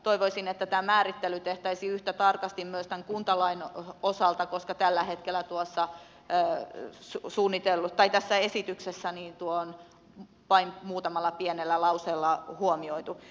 toivoisin että tämä määrittely tehtäisiin yhtä tarkasti myös kuntalain osalta koska tällä hetkellä tuossa yks on suunnitellut tai tässä esityksessä tuo on vain muutamalla pienellä lauseella huomioitu